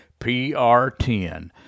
PR10